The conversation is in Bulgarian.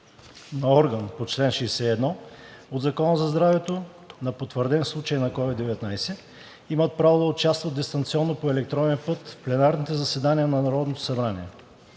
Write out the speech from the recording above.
на орган по чл. 61 от Закона за здравето на потвърден случай на COVID-19, имат право да участват дистанционно по електронен път в пленарните заседания на Народното събрание.